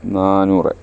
നാനൂറ്